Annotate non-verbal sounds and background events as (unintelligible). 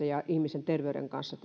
(unintelligible) ja ihmisen terveyden kanssa (unintelligible)